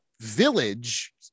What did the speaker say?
village